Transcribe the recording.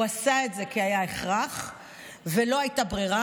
הוא עשה את זה כי היה הכרח ולא הייתה ברירה